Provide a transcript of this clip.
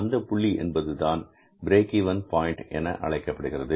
அந்த புள்ளி என்பது தான் பிரேக் இவென் பாயின்ட் என அழைக்கப்படுகிறது